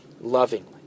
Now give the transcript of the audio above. lovingly